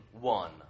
one